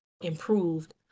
improved